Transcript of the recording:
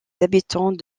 habitants